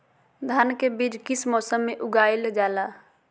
धान के बीज किस मौसम में उगाईल जाला?